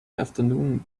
afternoon